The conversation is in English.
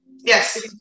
Yes